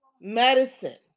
medicine